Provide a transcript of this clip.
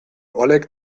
oleg